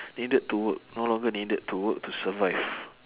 needed to work no longer needed to work to survive